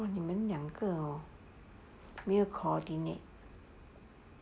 你们两个 hor 没有 coordinate